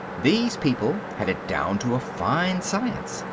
these people had it down to a fine science.